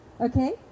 Okay